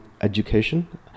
education